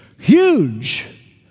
Huge